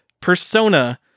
Persona